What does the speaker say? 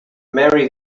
mary